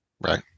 right